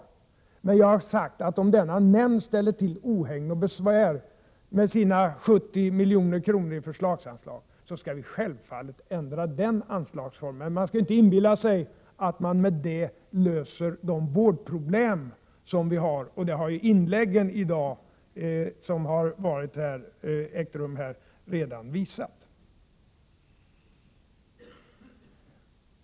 Jag har emellertid sagt, att om denna nämnd ställer till ohägn och besvär med sina 70 milj.kr. i förslagsanslag, skall vi självfallet ändra på den anslagsformen. Man skall dock inte inbilla sig att man med det löser de vårdproblem vi har. Det har de inlägg som redan har gjorts här i dag visat.